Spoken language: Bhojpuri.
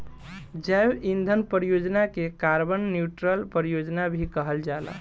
जैव ईंधन परियोजना के कार्बन न्यूट्रल परियोजना भी कहल जाला